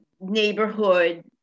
neighborhood